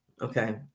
Okay